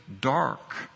dark